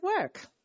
work